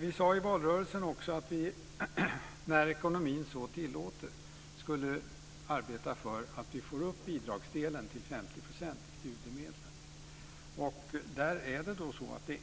Vi sade i valrörelsen också att vi när ekonomin så tillåter skulle arbeta för att få upp bidragsdelen till 50 % av studiemedlen.